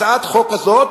הצעת החוק הזאת